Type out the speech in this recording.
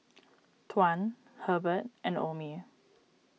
Tuan Hebert and Omie